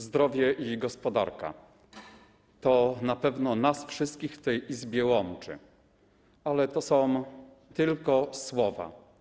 Zdrowie i gospodarka - to na pewno łączy nas wszystkich w tej Izbie, ale to są tylko słowa.